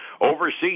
Overseas